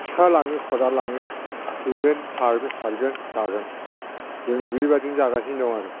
सिखा लाङो खदाल लाङो थेगोन सारगोन जागोन जों बेबादिनो जागासिनो दं आरो